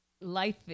life